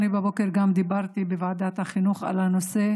אני בבוקר דיברתי גם בוועדת החינוך על הנושא